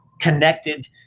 connected